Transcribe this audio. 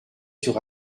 sur